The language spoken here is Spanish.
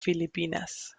filipinas